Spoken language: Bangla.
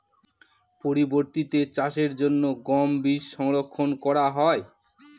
পরবর্তিতে চাষের জন্য গম বীজ সংরক্ষন করা হয়?